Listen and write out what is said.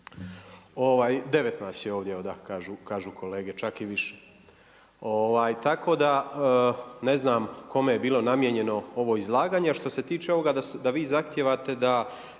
9 nas je ovdje kažu kolege, čak i više. Tako da ne znam kome je bilo namijenjeno ovo izlaganje. A što se tiče ovoga da vi zahtijevate da